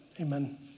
amen